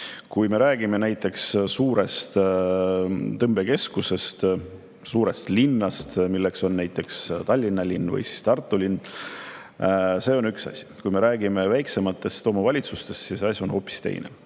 Kui me räägime suurest tõmbekeskusest, suurest linnast, milleks on näiteks Tallinna linn või Tartu linn, siis see on üks asi. Kui me räägime väiksematest omavalitsustest, siis on asi hoopis teine.